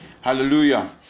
Hallelujah